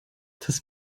das